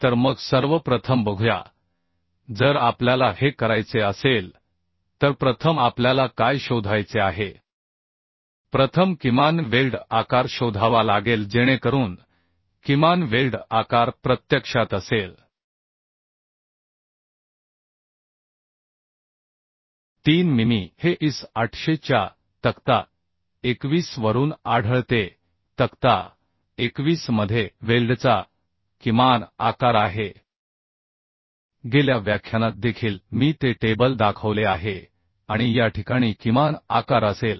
तर मग सर्वप्रथम बघूया जर आपल्याला हे करायचे असेल तर प्रथम आपल्याला काय शोधायचे आहे प्रथम किमान वेल्ड आकार शोधावा लागेल जेणेकरून किमान वेल्ड आकार प्रत्यक्षात असेल 3 मिमी हे IS 800 च्या तक्ता 21 वरून आढळते तक्ता 21 मध्ये वेल्डचा किमान आकार आहे गेल्या व्याख्यानात देखील मी ते टेबल दाखवले आहे आणि या ठिकाणी किमान आकार असेल